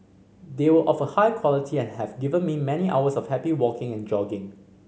they were of a high quality and have given me many hours of happy walking and jogging